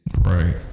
Right